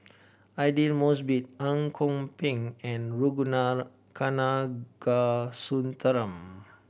Aidli Mosbit Ang Kok Peng and Ragunathar Kanagasuntheram